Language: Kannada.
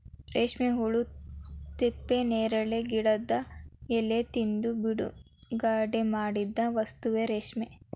ರೇಶ್ಮೆ ಹುಳಾ ಹಿಪ್ಪುನೇರಳೆ ಗಿಡದ ಎಲಿ ತಿಂದು ಬಿಡುಗಡಿಮಾಡಿದ ವಸ್ತುವೇ ರೇಶ್ಮೆ